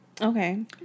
Okay